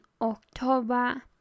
October